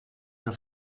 der